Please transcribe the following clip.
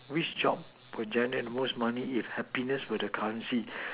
which job will generate the most money if happiness were the currency